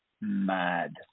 mad